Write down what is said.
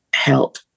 Help